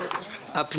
הצבעה אושר.